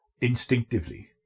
instinctively